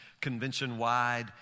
convention-wide